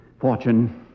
Fortune